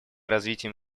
развитием